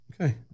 Okay